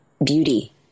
beauty